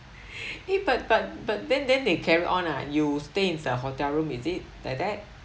eh but but but then then they carry on ah you stay in the hotel room is it like that